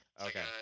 okay